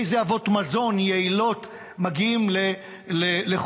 אילו אבות מזון יעילים מגיעים לכל